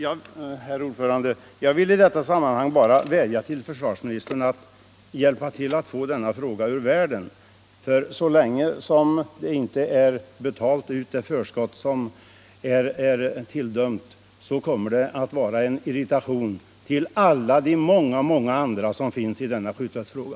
Herr talman! Jag vill i detta sammanhang bara vädja till försvarsministern att hjälpa till att få denna sak ur världen. Så länge det förskott som är tilldömt inte har betalats ut kommer det att vara ett irritationsmoment - till alla de många, många andra som finns i denna skjut fältsfråga.